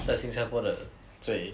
在新加坡的最